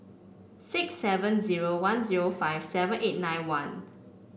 six seven zero one zero five seven eight nine one